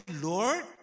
Lord